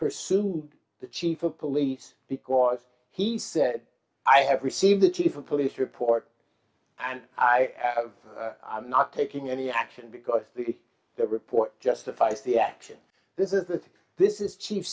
pursued the chief of police because he said i have received the chief of police report and i have i'm not taking any action because because the report justifies the action this is that this is chief